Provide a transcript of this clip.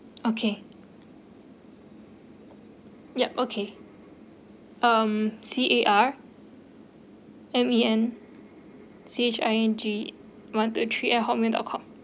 okay yup okay um C A R M E N C H I N G one two three at hot mail dot com